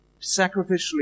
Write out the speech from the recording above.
sacrificially